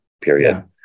period